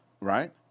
right